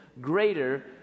greater